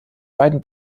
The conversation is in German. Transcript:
beiden